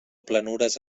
planures